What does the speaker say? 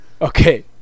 Okay